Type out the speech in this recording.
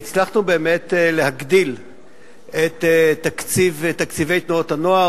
הצלחנו באמת להגדיל את תקציבי תנועות הנוער.